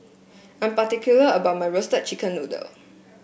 I'm particular about my Roasted Chicken Noodle